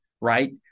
right